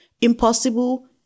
impossible